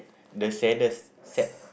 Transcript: the saddest sad